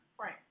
Right